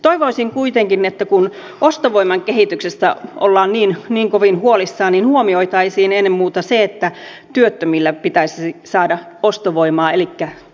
toivoisin kuitenkin että kun ostovoiman kehityksestä ollaan niin kovin huolissaan niin huomioitaisiin ennen muuta se että työttömille pitäisi saada ostovoimaa elikkä työpaikkoja